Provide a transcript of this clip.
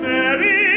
Mary